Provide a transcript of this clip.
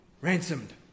ransomed